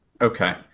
Okay